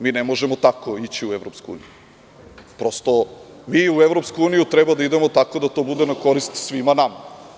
Mi ne možemo tako ići u EU, prosto mi u EU treba da idemo tako da to bude na korist svima nama.